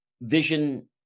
vision